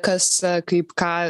kas kaip ką